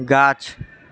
गाछ